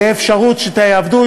תהיה אפשרות שיעבדו,